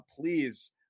please